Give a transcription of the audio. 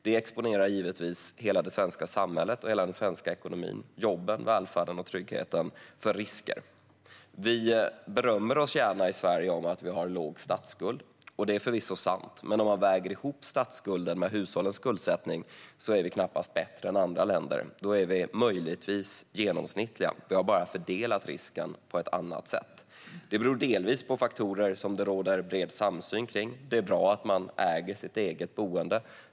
Det exponerar givetvis hela det svenska samhället och hela den svenska ekonomin, jobben, välfärden och tryggheten för risker. Vi berömmer oss gärna i Sverige för att vi har en låg statsskuld, och det är förvisso sant. Men om man väger ihop statsskulden och hushållens skuldsättning är vi knappast bättre än andra länder. Då är vi möjligtvis genomsnittliga. Vi har bara fördelat risken på ett annat sätt. Det beror delvis på faktorer som det råder bred samsyn om. Det är bra att man äger sitt eget boende.